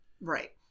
Right